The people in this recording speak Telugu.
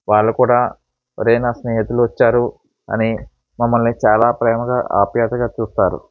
వాళ్ళు కూడా ఒరేయ్ నా స్నేహితులు వచ్చారు అని మమ్మల్ని చాలా ప్రేమగా ఆప్యాయతగా చూస్తారు